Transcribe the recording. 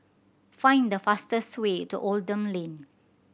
find the fastest way to Oldham Lane